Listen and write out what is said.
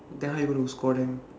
then how are you going to score them